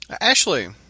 Ashley